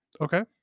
Okay